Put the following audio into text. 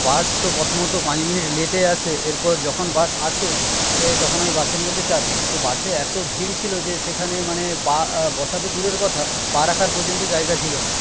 বাস তো প্রথমত পাঁচ মিনিট লেটে আসে এরপর যখন বাস আসে তখন আমি বাসের মধ্যে চাপি তো বাসে এত ভিড় ছিলো যে সেখানে মানে পা বসা তো দূরের কথা পা রাখার পর্যন্ত জায়গা ছিলোনা